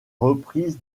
reprise